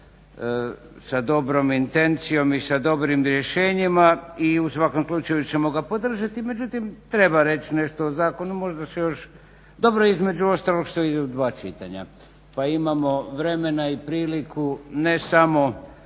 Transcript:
sa dobrom intencijom i sa dobrim rješenjima i u svakom slučaju ćemo ga podržati. Međutim, treba reći nešto o zakonu, možda je dobro još između ostalog što ide u dva čitanja pa imamo vremena i priliku ne samo